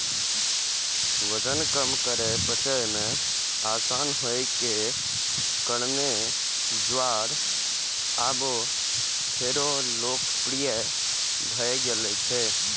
वजन कम करै, पचय मे आसान होइ के कारणें ज्वार आब फेरो लोकप्रिय भए गेल छै